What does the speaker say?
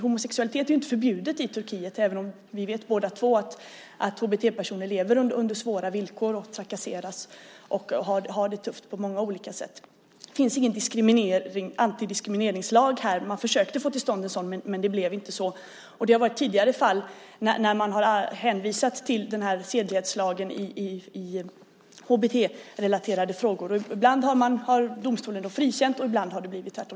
Homosexualitet är ju inte förbjudet i Turkiet, även om vi båda två vet att HBT-personer lever under svåra villkor, trakasseras och har det tufft på många olika sätt. Det finns ingen antidiskrimineringslag. Man försökte få till stånd en sådan, men det blev inte så. Det har varit tidigare fall när man har hänvisat till sedlighetslagen i HBT-relaterade frågor. Ibland har domstolen frikänt, och ibland har det blivit tvärtom.